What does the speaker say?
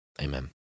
Amen